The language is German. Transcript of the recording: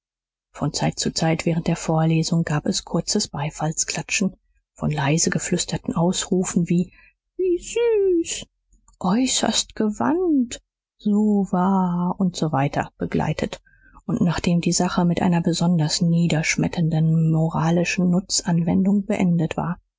von zeit zu zeit während der vorlesung gab es kurzes beifallsklatschen von leise geflüsterten ausrufen wie wie süß äußerst gewandt so wahr usw begleitet und nachdem die sache mit einer besonders niederschmetternden moralischen nutzanwendung beendet war